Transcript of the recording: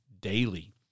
daily